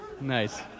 Nice